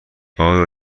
آیا